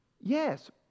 Yes